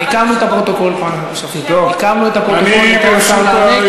עיקמנו את הפרוטוקול, ניתן לשר לענות.